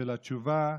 של התשובה,